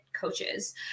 coaches